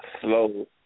slow